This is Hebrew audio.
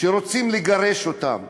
ורוצים לגרש אותם,